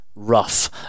rough